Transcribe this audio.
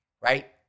right